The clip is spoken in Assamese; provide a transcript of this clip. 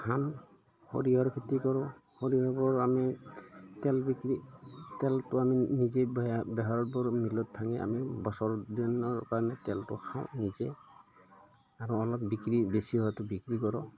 ধান সৰিয়হৰ খেতি কৰোঁ সৰিয়হবোৰ আমি তেল বিক্ৰী তেলটো আমি নিজে বেহৰবোৰ মিলত ভাঙি আমি বছৰ দিনৰ কাৰণে তেলটো খাওঁ নিজে আৰু অলপ বিক্ৰী বেছি হোৱাতো বিক্ৰী কৰোঁ